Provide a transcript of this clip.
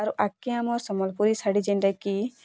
ଆରୁ ଆଗ୍କେ ଆମର୍ ସମଲ୍ପୁରୀ ଶାଢ଼ୀ ଯେନ୍ଟାକି